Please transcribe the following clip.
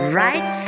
right